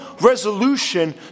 resolution